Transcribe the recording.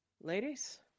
ladies